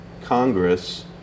Congress